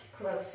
closer